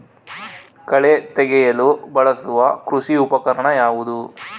ಕಳೆ ತೆಗೆಯಲು ಬಳಸುವ ಕೃಷಿ ಉಪಕರಣ ಯಾವುದು?